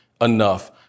enough